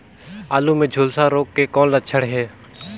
आलू मे झुलसा रोग के कौन लक्षण हे?